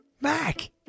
Mac